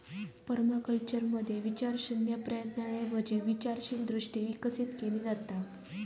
पर्माकल्चरमध्ये विचारशून्य प्रयत्नांऐवजी विचारशील दृष्टी विकसित केली जाता